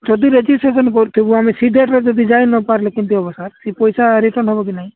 ଯଦି ରେଜିଷ୍ଟ୍ରେସନ୍ କରିଥିବୁ ଆମେ ସେଇ ଡେଟ୍ରେ ଯାଇ ନ ପାରିଲେ କେମିତି ହେବ ସାର୍ ସେ ପଇସା ରିଟର୍ଣ୍ଣ ହେବ କି ନାଇ